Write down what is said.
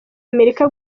amerika